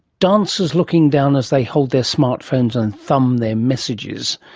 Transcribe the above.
dancers looking down as they hold their smart phones and thumb their messages.